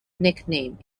nickname